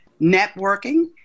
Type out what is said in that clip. networking